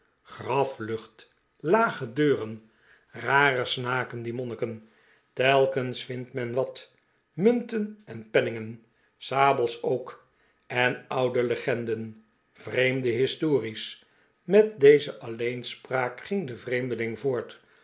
graflucht lage deuren rare snaken die monniken telkens vindt men wat murtten en penningen sabels ook en oude legenden vreemde histories met deze alleenspraak ging de vreemdeling voort